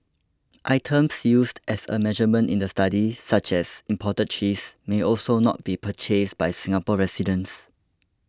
items used as a measurement in the study such as imported cheese may also not be purchased by Singapore residents